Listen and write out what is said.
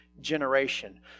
generation